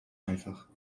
einfach